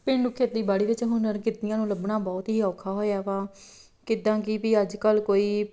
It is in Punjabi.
ਪੇਂਡੂ ਨੂੰ ਖੇਤੀਬਾੜੀ ਵਿੱਚ ਹੋਣਹਾਰ ਕਿਰਤੀਆਂ ਨੂੰ ਲੱਭਣਾ ਬਹੁਤ ਹੀ ਔਖਾ ਹੋਇਆ ਵਾ ਕਿੱਦਾਂ ਕਿ ਵੀ ਅੱਜ ਕੱਲ੍ਹ ਕੋਈ